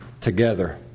together